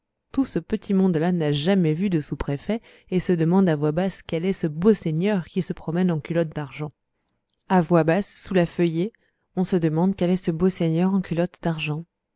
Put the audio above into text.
tout ce petit monde-là n'a jamais vu de sous-préfet et se demande à voix basse quel est ce beau seigneur qui se promène en culotte d'argent à voix basse sous la feuillée on se demande quel est ce beau seigneur en culotte d'argent